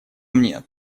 мне